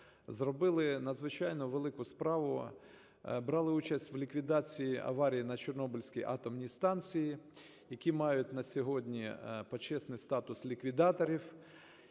зробили надзвичайно велику справу - брали участь в ліквідації аварії на Чорнобильській атомній станції, які мають на сьогодні почесний статус ліквідаторів.